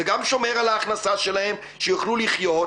זה גם שומר על ההכנסה שלהם שיוכלו לחיות,